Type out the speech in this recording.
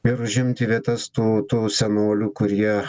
ir užimti vietas tų tų senolių kurie